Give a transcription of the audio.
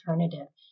alternative